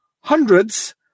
hundreds